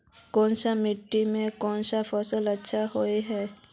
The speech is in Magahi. कोन सा मिट्टी में कोन फसल अच्छा होय है?